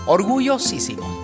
Orgullosísimo